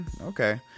Okay